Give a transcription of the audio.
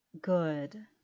good